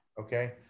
Okay